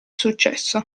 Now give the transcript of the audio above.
successo